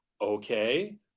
okay